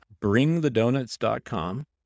bringthedonuts.com